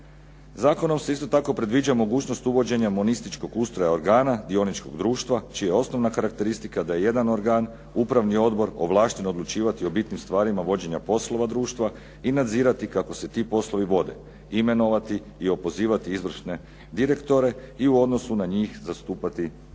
Zakonom se isto tako predviđa mogućnost uvođenja monističkog ustroja organa dioničkog društva čija je osnovna karakteristika da je jedan organ, upravni odbor, ovlašten odlučivati o bitnim stvarima vođenja poslova društva i nadzirati kako se ti poslovi vode, imenovati i opozivati izvršne direktore i u odnosu na njih zastupati društvo.